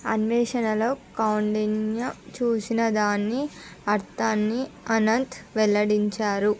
అన్వేషణలో కౌండిన్య చూసిన దాని అర్థాన్ని అనంత్ వెల్లడించారు